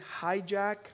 hijack